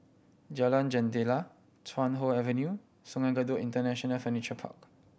Jalan Jendela Chuan Hoe Avenue Sungei Kadut International Furniture Park